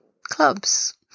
clubs